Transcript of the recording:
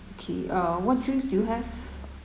okay uh what drinks do you have